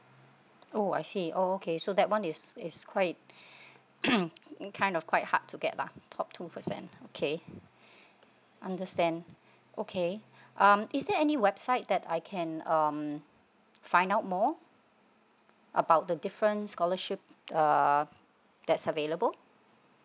oh I see oh okay so that one is is quite then kind of quite hard to get lah top two percent okay understand okay um is there any website that I can um find out more about the different scholarship uh that's available